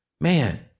man